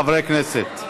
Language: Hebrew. חברי הכנסת.